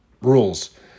rules